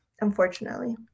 Unfortunately